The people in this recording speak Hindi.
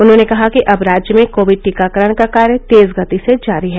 उन्होंने कहा कि अब राज्य में कोविड टीकाकरण का कार्य तेज गति से जारी है